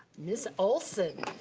ms. olson.